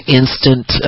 instant